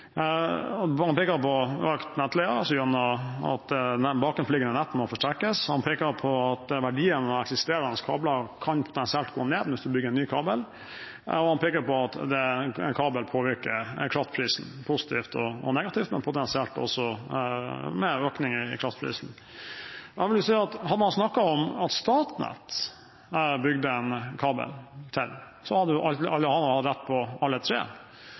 og han peker på at en kabel påvirker kraftprisen positivt og negativt – potensielt også med økning i kraftprisen. Jeg vil si at hadde han snakket om at Statnett bygde en kabel til, hadde han hatt rett på alle de tre